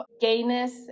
gayness